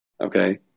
Okay